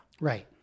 Right